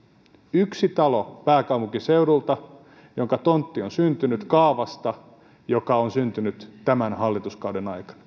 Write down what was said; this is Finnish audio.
yksi talo pääkaupunkiseudulta jonka tontti on syntynyt kaavasta joka on syntynyt tämän hallituskauden aikana